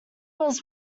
was